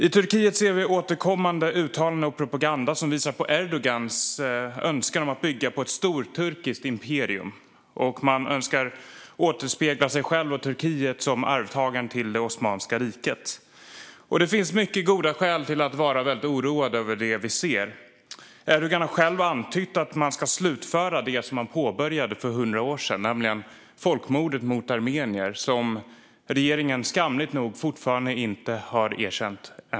I Turkiet ser vi återkommande uttalanden och propaganda som visar på Erdogans önskan om att bygga ett storturkiskt imperium, och man önskar återspegla sig själv och Turkiet som arvtagaren till Osmanska riket. Det finns mycket goda skäl till att vara oroad över det vi ser. Erdogan har själv antytt att man ska slutföra det man påbörjade för hundra år sedan, nämligen folkmordet mot armenier, som regeringen skamligt nog än i dag inte har erkänt.